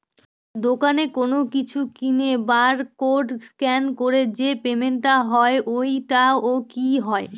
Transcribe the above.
দোকানে কোনো কিছু কিনে বার কোড স্ক্যান করে যে পেমেন্ট টা হয় ওইটাও কি হয়?